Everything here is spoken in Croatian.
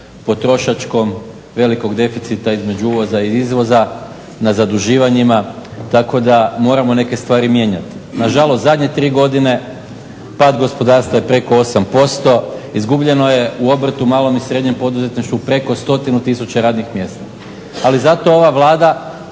potrošačkom, velikog deficita između uvoza i izvoza, na zaduživanjima tako da moramo neke stvari mijenjati. Nažalost, zadnje tri godine pad gospodarstva je preko 8%, izgubljeno je u obrtu, malom i srednjem poduzetništvu preko 100 tisuća radnih mjesta, ali zato ova Vlada